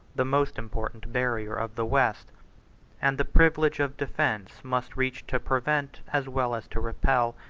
the most important barrier of the west and the privilege of defence must reach to prevent, as well as to repel,